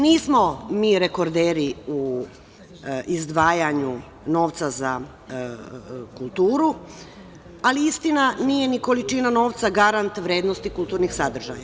Nismo mi rekorderi u izdvajanju novca za kulturu, ali istina nije ni količina novca garant vrednosti kulturnih sadržaja.